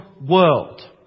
world